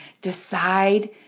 Decide